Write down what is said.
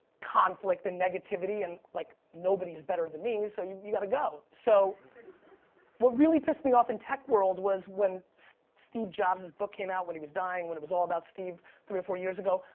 conflict and negativity and like nobody's better than me, so you you gotta go. so what really pissed me off in tech world was when steve jobs' book came out, when he was dying, when it was all about steve three or four years ago,